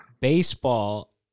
Baseball